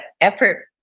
effort